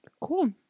Cool